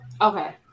Okay